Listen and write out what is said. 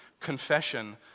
Confession